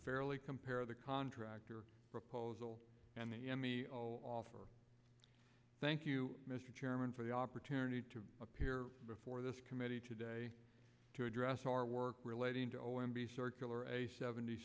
fairly compare the contractor proposal and the offer thank you mr chairman for the opportunity to appear before this committee today to address our work relating to o m b circular a seventy